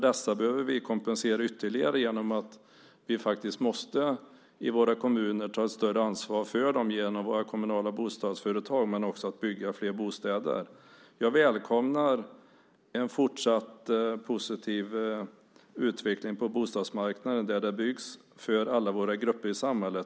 Dessa behöver vi kompensera ytterligare genom att vi i våra kommuner faktiskt måste ta ett större ansvar för dem genom våra kommunala bostadsföretag men också genom att bygga fler bostäder. Jag välkomnar en fortsatt positiv utveckling på bostadsmarknaden där det byggs för alla våra grupper i samhället.